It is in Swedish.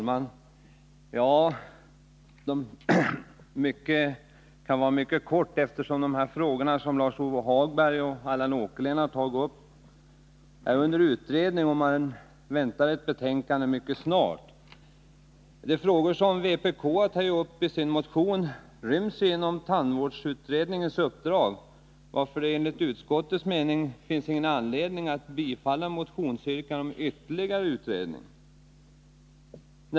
Herr talman! Jag kan fatta mig kort, eftersom de frågor som Lars-Ove Hagberg och Allan Åkerlind tagit upp är under utredning och man väntar ett betänkande mycket snart. De frågor som vpk tar upp i sin motion ryms inom tandvårdsutredningens uppdrag, varför det enligt utskottets mening inte finns anledning bifalla motionsyrkandet om ytterligare utredning.